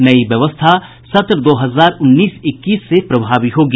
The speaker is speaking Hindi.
नई व्यवस्था सत्र दो हजार उन्नीस इक्कीस से प्रभावी होगी